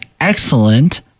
excellent